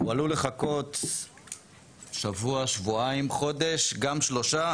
הוא עלול לחכות שבוע, שבועיים, חודש, גם שלושה.